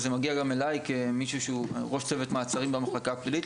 וזה מגיע גם אליי כמישהו שהוא ראש צוות מעצרים במחלקה הפלילית,